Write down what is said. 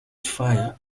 fire